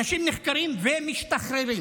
אנשים נחקרים ומשתחררים.